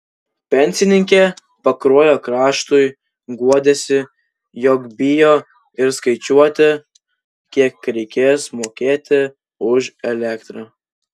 pensininkė pakruojo kraštui guodėsi jog bijo ir skaičiuoti kiek reikės mokėti už elektrą